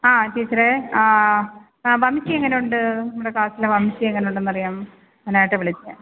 ആ ടീച്ചറേ ആ ആ വംശി എങ്ങനെയുണ്ട് നമ്മുടെ ക്ലാസിലെ വംശി എങ്ങനെയുണ്ടെന്നറിയാനായിട്ട് വിളിച്ചതാണ്